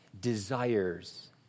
desires